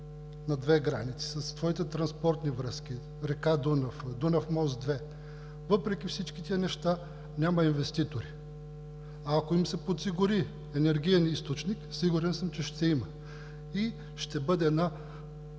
на две граници, със своите транспортни връзки – река Дунав, Дунав мост 2, въпреки всичките неща, няма инвеститори. Ако им се подсигури енергиен източник, сигурен съм, че ще има и ще бъде добра